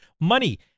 Money